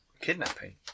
Kidnapping